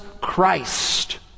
Christ